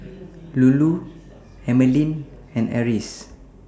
Lulu Emeline and Iris